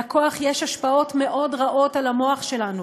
לכוח יש השפעות רבות מאוד על המוח שלנו.